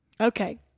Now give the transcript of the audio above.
okay